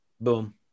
Boom